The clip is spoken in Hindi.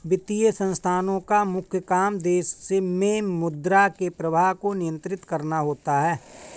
वित्तीय संस्थानोँ का मुख्य काम देश मे मुद्रा के प्रवाह को नियंत्रित करना होता है